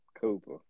Cooper